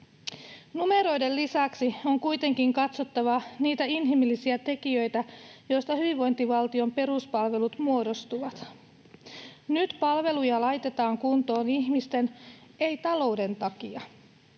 Numeroiden lisäksi on kuitenkin katsottava niitä inhimillisiä tekijöitä, joista hyvinvointivaltion peruspalvelut muodostuvat. Nyt palveluja laitetaan kuntoon ihmisten, ei talouden takia.